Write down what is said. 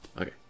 Okay